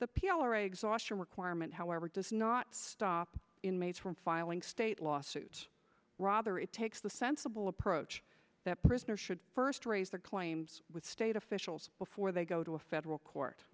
a exhaustion requirement however does not stop inmates from filing state lawsuits rather it takes the sensible approach that prisoners should first raise their claims with state officials before they go to a federal court